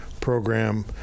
program